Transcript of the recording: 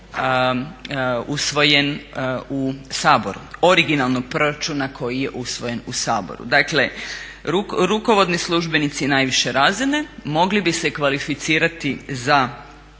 usvojen u Saboru, originalnog proračuna koji je usvojen u Saboru. Dakle rukovodni službenici najviše razine mogli bi se kvalificirati za